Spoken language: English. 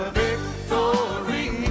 victory